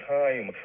time